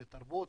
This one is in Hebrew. לתרבות,